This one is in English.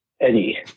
Eddie